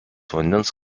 vandens